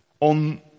on